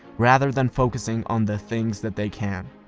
rather than focusing on the things that they can.